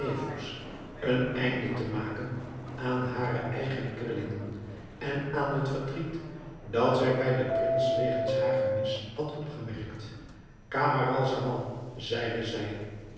een einde te maken aan hare eigene kwellingen en aan het verdriet dat zij bij den prins wegens haar gemis had opgemerkt camaralzaman zeide zij